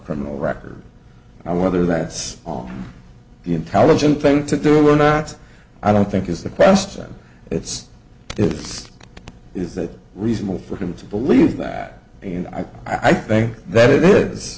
criminal record and i whether that's all the intelligent thing to do or not i don't think is the question it's it's is that reasonable for him to believe that he and i i think that it is